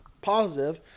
positive